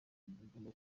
bagomba